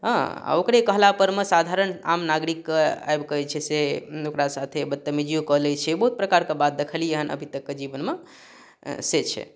हँ आओर ओकरे कहलापर मे साधारण आम नागरिकके आबिकऽ जे छै से ओकरा साथे बदतमीजियोके लै छै बहुत प्रकारके बात देखलियै हन अभी तक जीवनमे से छै